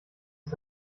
ist